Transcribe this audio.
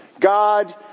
God